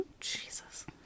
Jesus